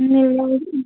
मिल जाएगी